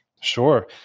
Sure